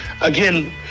Again